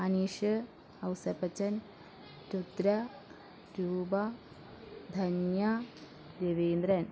Aneesh Ouseppachan Rudra Roopa Dhanya Raveendran